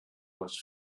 was